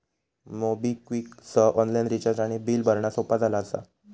MobiKwik सह online recharge आणि bill भरणा सोपा झाला असा